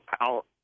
out